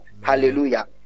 hallelujah